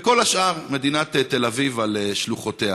וכל השאר, מדינת תל אביב על שלוחותיה.